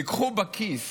תיקחו בכיס